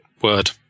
word